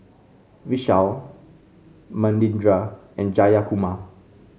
Vishal Manindra and Jayakumar